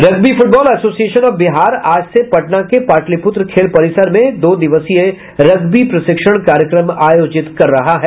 rugby football association of Bihar आज से पटना के पाटलिपुत्र खेल परिसर में दो दिवसीय रग्बी प्रशिक्षण कार्यक्रम आयोजित कर रहा है